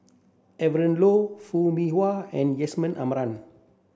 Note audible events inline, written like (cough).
Evon (unintelligible) Foo Mee Har and Yusman Aman